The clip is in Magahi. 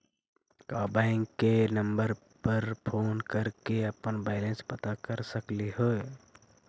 का बैंक के नंबर पर फोन कर के अपन बैलेंस पता कर सकली हे?